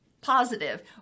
positive